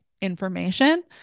information